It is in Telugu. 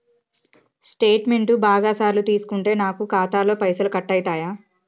స్టేట్మెంటు బాగా సార్లు తీసుకుంటే నాకు ఖాతాలో పైసలు కట్ అవుతయా?